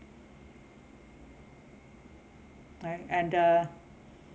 and and the